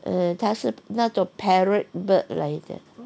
err 他是那种 parrot bird 来的